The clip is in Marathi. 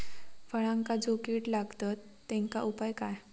फळांका जो किडे लागतत तेनका उपाय काय?